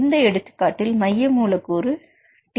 இந்த எடுத்துக்காட்டில் மைய மூலக்கூறு T1